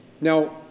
Now